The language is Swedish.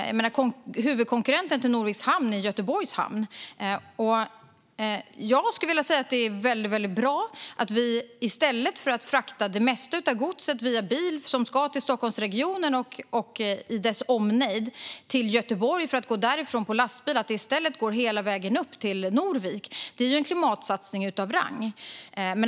Huvudkonkurrenten till Norviks hamn är Göteborgs hamn. Jag skulle vilja säga att det är mycket bra att vi i stället för att frakta det mesta av godset som ska till Stockholmsregionen och dess omnejd med bil till Göteborg, så går det med lastbil direkt hela vägen upp till Norvik. Det är en klimatsatsning av rang.